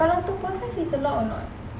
kalau two point five is a lot or not